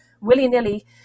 willy-nilly